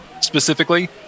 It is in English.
specifically